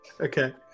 Okay